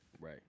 Right